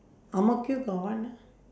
ang mo kio got one lor